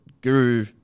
guru